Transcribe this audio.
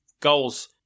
goals